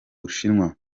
bushinwa